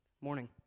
morning